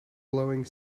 blowing